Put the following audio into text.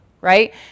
right